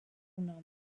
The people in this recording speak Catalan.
nom